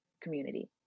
community